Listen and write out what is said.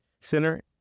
Center